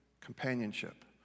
companionship